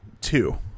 two